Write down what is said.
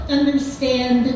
Understand